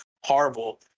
horrible